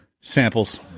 samples